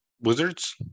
Wizards